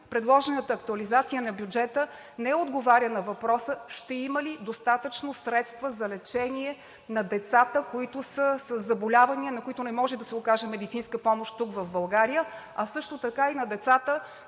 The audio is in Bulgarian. предложената актуализация на бюджета не отговаря на въпроса ще има ли достатъчно средства за лечението на децата, които са със заболявания, на които не може да им се окаже медицинска помощ в България, а също така и на децата